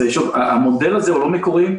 המודל הזה לא מקורי.